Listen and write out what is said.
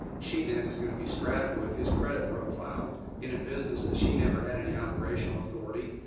she then is going to be strapped with his credit profile in a business that she never had any operational authority,